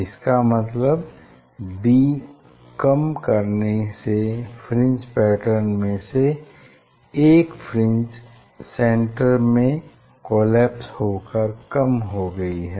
इसका मतलब d कम करने से फ्रिंज पैटर्न में से एक फ्रिंज सेन्टर में कोलैप्स होकर कम हो गई है